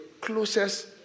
closest